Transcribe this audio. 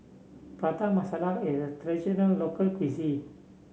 Prata Masala is a traditional local cuisine